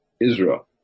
Israel